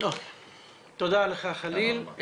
תודה לך, חליל.